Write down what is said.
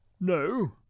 No